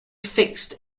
fixed